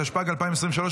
התשפ"ג 2023,